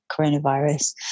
coronavirus